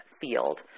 field